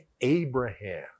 Abraham